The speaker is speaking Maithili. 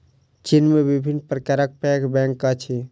चीन में विभिन्न प्रकारक पैघ बैंक अछि